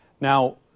Now